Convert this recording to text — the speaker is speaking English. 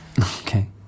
Okay